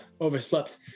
overslept